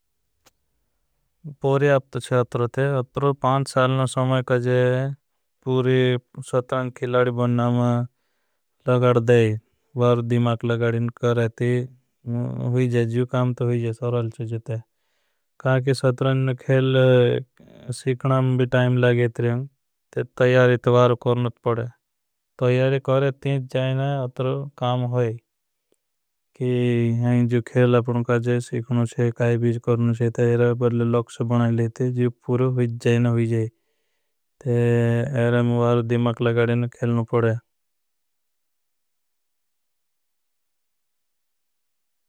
परआपत है अत्रो ते अत्रो पांड़ सालना समय काजे पूरी। सत्रन खिलाड़ बनना में लगड़ देई बारू दिमाक लगड़। इनकर हैती जीव काम तो हुईज़े सोरल चेज़े थे सत्रन खिल। सीखना अम्भी टाइम लगेत रहे हैं ते तैयारित वार करना पड़े। तैयारित करते हैं जैने अत्रो काम होई हैं जो खिल आपका काजे। सीखना है काई बीज़ करना है ते इरे बल लोक्स बना लेते हैं। जीव पूरो हुईज़े न हुईज़ ते एरे मवारुदी मकल। गड़ीन खेलना पड़े।